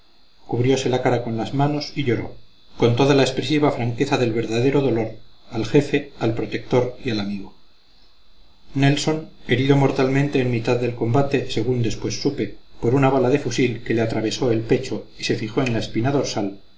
cubriose la cara con las manos y lloró con toda la expresiva franqueza del verdadero dolor al jefe al protector y al amigo nelson herido mortalmente en mitad del combate según después supe por una bala de fusil que le atravesó el pecho y se fijó en la espina dorsal